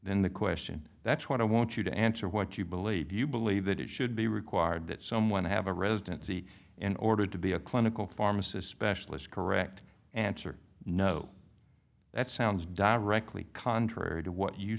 the question that's what i want you to answer what you believe you believe that it should be required that someone have a residency in order to be a clinical pharmacist specialist correct answer no that sounds directly contrary to what you